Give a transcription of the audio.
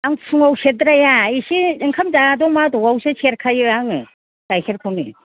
आं फुङाव सेरद्राया इसे ओंखाम जाद' माद'आवसो सेरखायो आङो गाइखेरखौनो